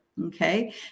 Okay